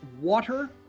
water